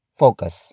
focus